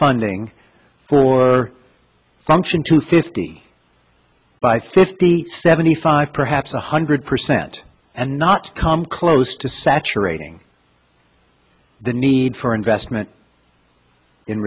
funding for function to fifty by fifty seventy five perhaps one hundred percent and not come close to saturating the need for investment in